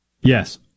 Yes